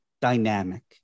dynamic